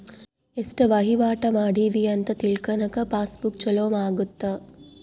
ಎಸ್ಟ ವಹಿವಾಟ ಮಾಡಿವಿ ಅಂತ ತಿಳ್ಕನಾಕ ಪಾಸ್ ಬುಕ್ ಚೊಲೊ ಅಗುತ್ತ